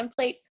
templates